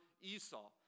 Esau